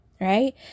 Right